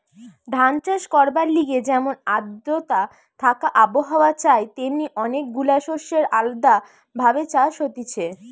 ধান চাষ করবার লিগে যেমন আদ্রতা থাকা আবহাওয়া চাই তেমনি অনেক গুলা শস্যের আলদা ভাবে চাষ হতিছে